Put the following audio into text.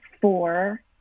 four